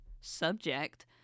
subject